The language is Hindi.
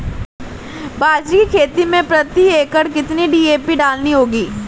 बाजरे की खेती में प्रति एकड़ कितनी डी.ए.पी डालनी होगी?